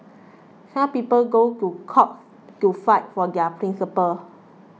some people go to court to fight for their principles